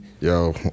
Yo